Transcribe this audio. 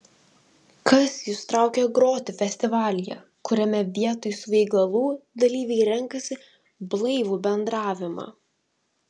kas jus traukia groti festivalyje kuriame vietoj svaigalų dalyviai renkasi blaivų bendravimą